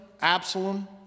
Absalom